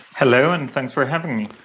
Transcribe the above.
hello, and thanks for having me.